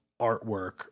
artwork